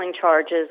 charges